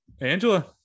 Angela